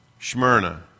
Smyrna